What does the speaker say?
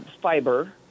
Fiber